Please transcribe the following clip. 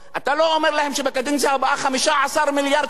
אתה לא אומר להם שיהיו 15 מיליארד שקל